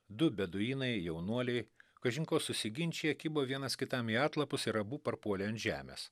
du beduinai jaunuoliai kažin ko susiginčiję kibo vienas kitam į atlapus ir abu parpuolė ant žemės